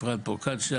אפרת פרוקציה,